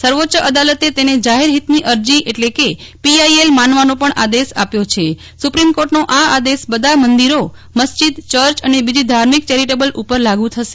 સર્વોચ્ચ અદાલતે તને જાહેર હિતની અરજી એટલે કે પો આઈ એલ માનવાનો પણ આદશ બધા મંદિરો મસ્જિદ ચચ અને બીજી ધાર્મિક ચેરીટેબલ ઉપર લાગ્ થશે